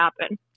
happen